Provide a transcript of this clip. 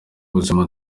ubuzima